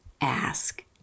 Ask